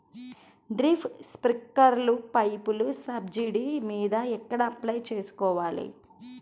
Drip, స్ప్రింకర్లు పైపులు subsidy మీద ఎక్కడ అప్లై చేసుకోవాలి?